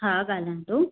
हा ॻाल्हायां थो